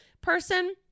person